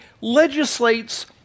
legislates